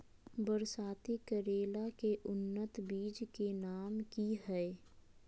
बरसाती करेला के उन्नत बिज के नाम की हैय?